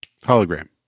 hologram